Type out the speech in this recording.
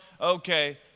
okay